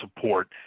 support